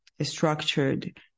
structured